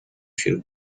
feel